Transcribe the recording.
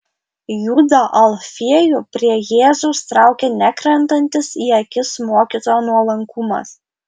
judą alfiejų prie jėzaus traukė nekrentantis į akis mokytojo nuolankumas